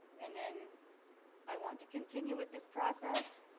and then i want to continue with this process.